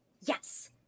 Yes